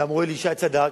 ואמרו, אלי ישי צדק.